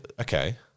okay